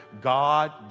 God